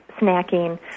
snacking